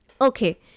Okay